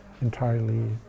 entirely